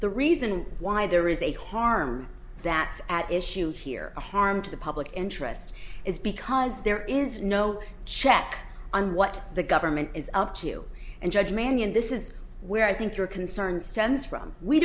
the reason why there is a harm that's at issue here a harm to the public interest is because there is no check on what the government is up to and judge mannion this is where i think your concern